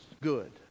good